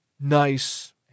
nice